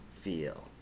feel